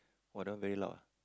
!wah! that one very loud ah